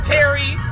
Terry